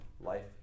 life